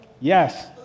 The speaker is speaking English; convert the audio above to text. Yes